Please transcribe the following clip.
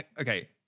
Okay